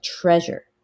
treasure